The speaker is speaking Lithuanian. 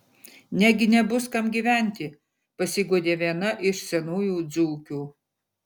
negi nebus kam gyventi pasiguodė viena iš senųjų dzūkių